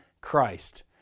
Christ